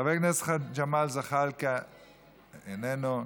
חבר הכנסת ג'מאל זחאלקה, איננו.